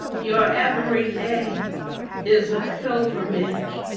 your everyday is a pilgrimage.